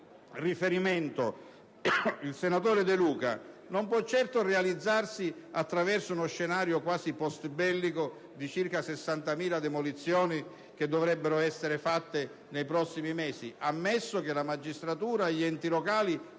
il senatore De Luca non può certo realizzarsi attraverso uno scenario quasi post bellico di circa 60.000 demolizioni che dovrebbero essere fatte nei prossimi mesi, ammesso che la magistratura e gli enti locali